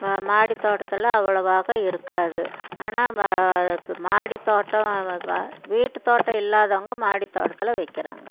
மாடித் தோட்டத்தில் அவ்வளோவாக இருக்காது ஆனால் மாடித் தோட்டம் வீட்டுத் தோட்டம் இல்லாதவங்க மாடித் தோட்டத்தில் வைக்கிறாங்க